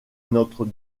notre